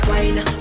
Wine